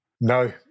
No